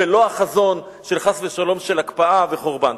ולא החזון של חס ושלום הקפאה וחורבן.